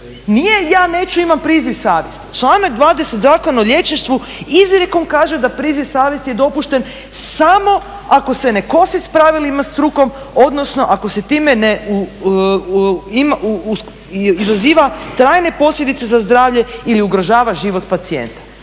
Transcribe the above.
nije ja neću, imam priziv savjesti. Članak 20. Zakona o liječništvu izrijekom kaže da priziv savjesti je dopušten samo ako se ne kosi sa pravilima struke odnosno ako se time ne izaziva trajne posljedice za zdravlje ili ugrožava život pacijenta.